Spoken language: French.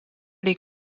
les